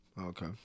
Okay